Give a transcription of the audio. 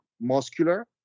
muscular